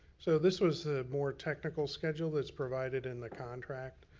so this was the more technical schedule that's provided in the contract.